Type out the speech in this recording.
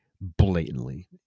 blatantly